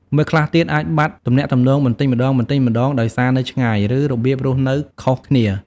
មិត្តខ្លះទៀតអាចបាត់ទំនាក់ទំនងបន្តិចម្តងៗដោយសារនៅឆ្ងាយ ឬរបៀបរស់នៅខុសគ្នា។